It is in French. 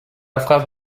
phrase